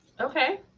Okay